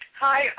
Hi